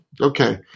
Okay